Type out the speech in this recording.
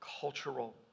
cultural